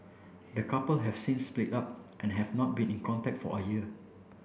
the couple have since split up and have not been in contact for a year